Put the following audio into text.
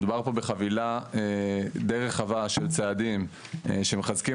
מדובר פה בחבילה די רחבה של צעדים שמחזקים